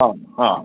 ആ ആ